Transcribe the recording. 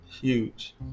huge